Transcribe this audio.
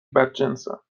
بدجنسم